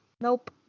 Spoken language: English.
Nope